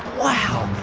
wow.